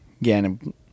Again